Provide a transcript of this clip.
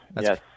Yes